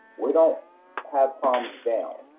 we don't have palms down.